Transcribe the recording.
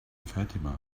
fatima